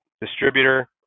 distributor